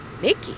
Mickey